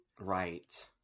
Right